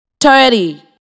thirty